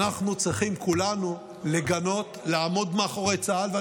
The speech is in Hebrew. אנחנו צריכים כולנו לגנות, לעמוד מאחורי צה"ל.